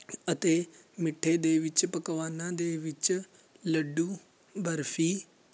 ਅਤੇ ਮਿੱਠੇ ਦੇ ਵਿੱਚ ਪਕਵਾਨਾਂ ਦੇ ਵਿੱਚ ਲੱਡੂ ਬਰਫੀ